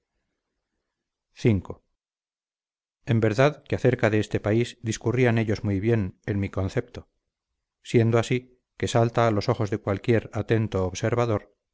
v en verdad que acerca de este país discurrían ellos muy bien en mi concepto siendo así que salta a los ojos de cualquier atento observador